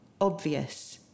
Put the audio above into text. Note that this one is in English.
obvious